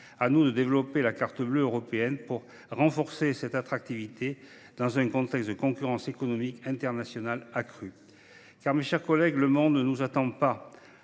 À nous de développer la Carte bleue européenne pour renforcer notre attractivité, dans un contexte de concurrence économique internationale accrue ! En effet, mes chers collègues, le monde ne nous attendra